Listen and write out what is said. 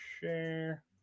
Share